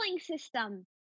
system